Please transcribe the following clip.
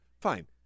Fine